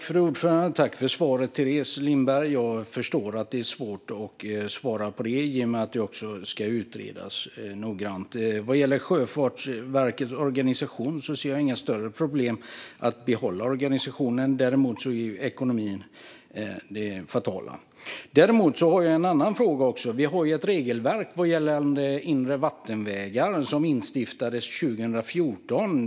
Fru talman! Tack för svaret, Teres Lindberg! Jag förstår att det är svårt att svara på frågan i och med att det också ska utredas noggrant. Vad gäller Sjöfartsverkets organisation ser jag inga större problem med att behålla den, utan det är ekonomin som är det fatala. Jag har dock en annan fråga. Vi har ju ett regelverk gällande inre vattenvägar som instiftades 2014.